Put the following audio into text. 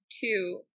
two